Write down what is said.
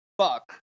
fuck